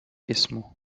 اسمه